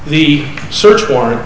the search warrant